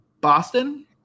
boston